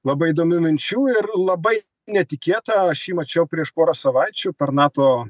labai įdomių minčių ir labai netikėta aš jį mačiau prieš porą savaičių per nato